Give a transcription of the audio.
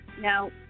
Now